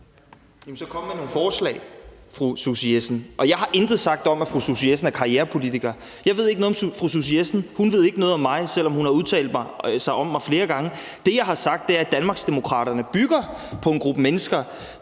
så kom med nogle forslag, fru Susie Jessen! Jeg har intet sagt om, at fru Susie Jessen er karrierepolitiker. Jeg ved ikke noget om fru Susie Jessen. Hun ved ikke noget om mig, selv om hun har udtalt sig om mig flere gange. Det, jeg har sagt, er, at Danmarksdemokraterne bygger på en gruppe mennesker,